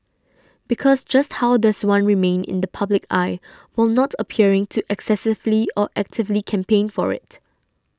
because just how does one remain in the public eye while not appearing to excessively or actively campaign for it